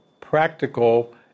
practical